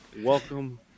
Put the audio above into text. Welcome